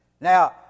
Now